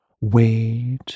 Wait